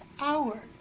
hour